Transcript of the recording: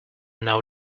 know